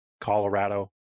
Colorado